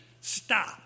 Stop